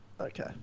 Okay